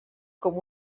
com